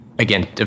Again